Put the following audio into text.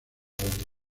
donde